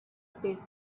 his